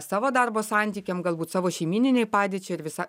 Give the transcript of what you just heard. savo darbo santykiam galbūt savo šeimyninei padėčiai ir visa